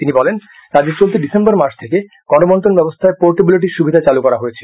তিনি বলেন রাজ্যে চলতি ডিসেম্বর মাস থেকে গণবন্টন ব্যবস্থায় পোর্টাবিলিটির সুবিধা চালু করা হয়েছে